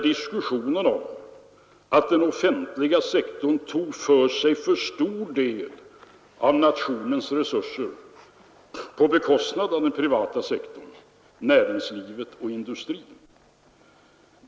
Den offentliga sektorn tog för sig, sade man, för stor del av nationens resurser på bekostnad av den privata sektorn, näringslivet och industrin.